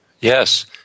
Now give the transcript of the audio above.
Yes